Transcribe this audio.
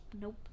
Nope